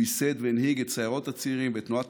הוא ייסד והנהיג את סיירות הצעירים ואת תנועת